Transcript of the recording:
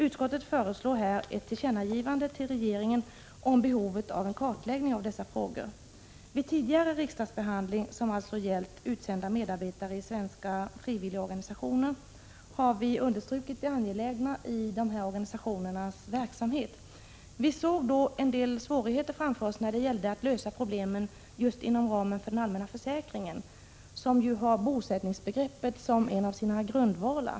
Utskottet föreslår att riksdagen tillkännager för regeringen att det föreligger ett behov av en kartläggning beträffande denna fråga. Vid tidigare riksdagsbehandling, som alltså gällt utsända medarbetare i svenska frivilligorganisationer, har vi understrukit det angelägna i organisationernas verksamhet. Vi ansåg att det fanns vissa svårigheter att lösa problemen inom ramen för den allmänna försäkringen, som ju har bosättningsbegreppet som en av sina grundvalar.